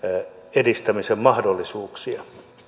edistämisen mahdollisuuksia